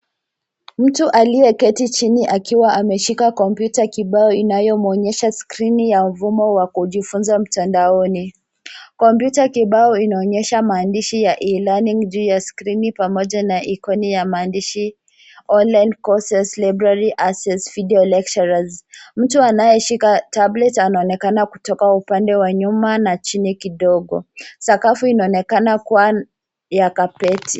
Mtu alie keti chini akiwa ameshika kompyuta kibao inayomuonyesha skrini ya mvumo wa kujifunza mtandaoni. Kompyuta kibao inaonyesha maandishi ya E-learning juu ya skrini na pamoja na aikoni ya maandishi online courses library access video lectures . Mtu anayeshika tablet anaonekana kutoka upande wa nyuma na chini kidogo. Sakafu inaonekana kuwa ya kapeti.